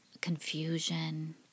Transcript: confusion